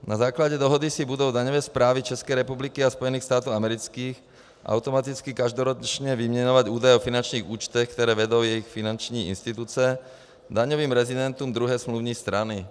Na základě dohody si budou daňové správy České republiky a Spojených států amerických automaticky každoročně vyměňovat údaje o finančních účtech, které vedou jejich finanční instituce daňovým rezidentům druhé smluvní strany.